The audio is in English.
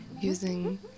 using